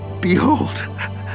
Behold